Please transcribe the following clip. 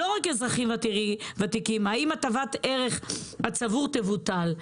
לא רק אזרחים ותיקים, האם הטבת הערך הצבור תבוטל?